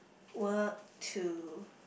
work to